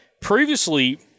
previously